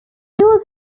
was